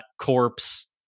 corpse